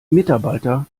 mitarbeiter